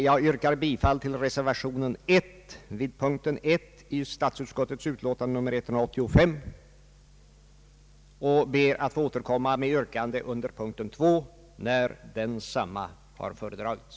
Jag yrkar bifall till reservationen vid punkten 1 i statsutskottets utlåtande nr 185 och ber att få återkomma med yrkande under punkten 2, när densamma har föredragits.